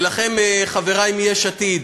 לכם, חברי מיש עתיד,